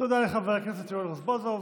תודה לחבר הכנסת יואל רזבוזוב.